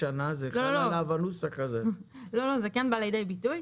כמשמעותו בצו בידוד בית,